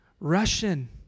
Russian